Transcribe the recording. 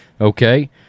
okay